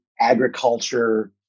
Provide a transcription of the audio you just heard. agriculture